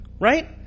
Right